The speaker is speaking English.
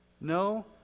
No